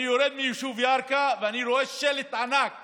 אני יורד מהיישוב ירכא ואני רואה שלט ענק